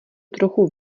trochu